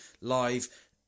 live